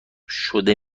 شده